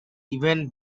even